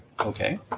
Okay